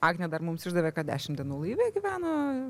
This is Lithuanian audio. agnė dar mums išdavė kad dešimt dienų laive gyveno